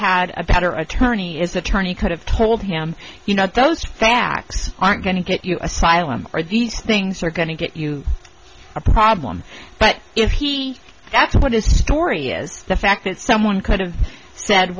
had a better attorney is attorney could have told him you know those facts aren't going to get you asylum or these things are going to get you a problem but if he that's what his story is the fact that someone could have said